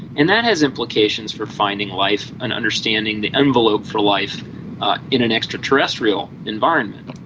and that has implications for finding life and understanding the envelope for life in an extra-terrestrial environment.